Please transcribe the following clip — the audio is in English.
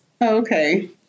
Okay